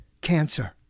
cancer